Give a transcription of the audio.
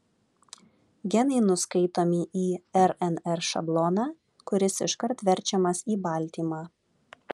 genai nuskaitomi į rnr šabloną kuris iškart verčiamas į baltymą